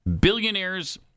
billionaires